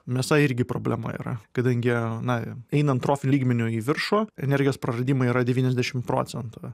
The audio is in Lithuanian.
mėsa irgi problema yra kadangi na einam trofi lygmeniu į viršų energijos praradimai yra devyniasdešim procentų